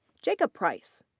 jacob price.